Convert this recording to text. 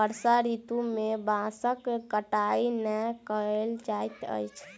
वर्षा ऋतू में बांसक कटाई नै कयल जाइत अछि